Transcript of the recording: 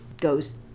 goes